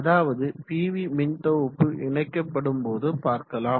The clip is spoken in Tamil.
அதாவது பிவி மின்தொகுப்பு இணைக்கப்படும் போது பார்க்கலாம்